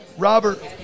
Robert